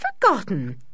forgotten